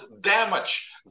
damage